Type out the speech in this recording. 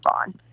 on